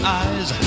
eyes